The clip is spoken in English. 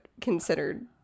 considered